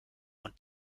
und